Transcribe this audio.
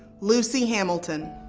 lucy hamilton.